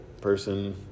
person